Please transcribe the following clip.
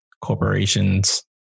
corporations